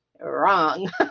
Wrong